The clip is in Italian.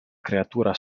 creatura